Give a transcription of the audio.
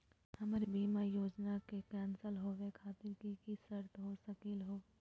हमर बीमा योजना के कैन्सल होवे खातिर कि कि शर्त हो सकली हो?